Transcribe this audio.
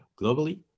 globally